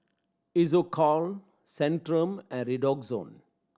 Isocal Centrum and Redoxon